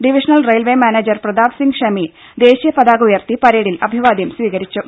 divisional railway manager Pratap Singh Shami ദേശീയ പതാക ഉയർത്തി പരേഡിൽ അഭിവാദ്യം സ്വീകരിച്ചു